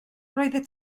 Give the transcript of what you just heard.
roeddet